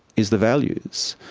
is the values,